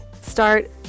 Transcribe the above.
start